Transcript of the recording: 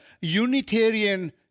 Unitarian